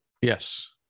Yes